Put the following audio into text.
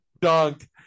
dunk